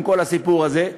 עם כל הסיפור הזה,